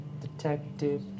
detective